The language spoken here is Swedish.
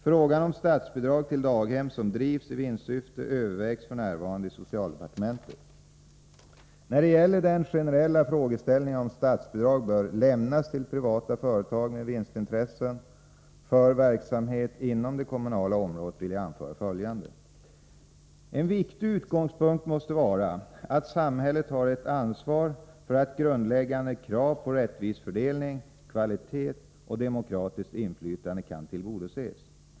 Frågan om statsbidrag till daghem som drivs i vinstsyfte övervägs f.n. i socialdepartementet. När det gäller den generella frågeställningen om statsbidrag bör lämnas till privata företag med vinstintressen för verksamhet inom det kommunala området vill jag anföra följande. En viktig utgångspunkt måste vara att samhället har ett ansvar för att grundläggande krav på rättvis fördelning, kvalitet och demokratiskt inflytande kan tillgodoses.